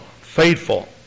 Faithful